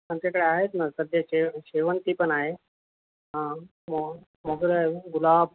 आमच्याकडे आहेत ना सध्या शे शेवंतीपण आहेत हा मो मोगरा आहे गुलाब